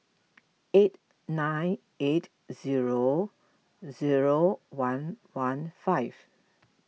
eight nine eight zero zero one one five